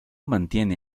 mantiene